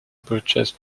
purchase